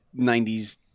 90s